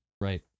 Right